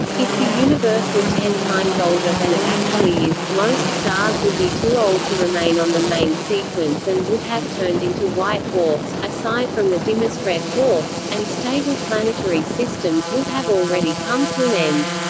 if the universe were ten times older than it actually is, most stars would be too old to remain on the main sequence and would have turned into white dwarfs, aside from the dimmest red dwarfs, and stable planetary systems would have already come to an end.